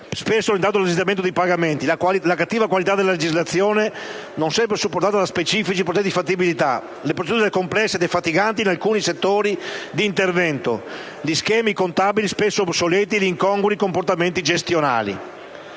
spesso orientate allo slittamento dei pagamenti; la cattiva qualità della legislazione, non sempre supportata da specifici progetti di fattibilità; le procedure complesse e defatiganti in alcuni settori di intervento, gli schemi contabili spesso obsoleti; gli incongrui comportamenti gestionali.